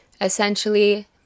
Essentially